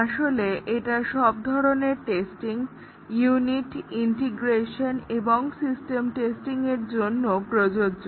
আসলে এটা সব ধরনের টেস্টিং ইউনিট ইন্টিগ্রেশন এবং সিস্টেম টেস্টিংয়ের জন্য প্রযোজ্য